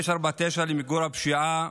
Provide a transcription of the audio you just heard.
549 למיגור הפשיעה,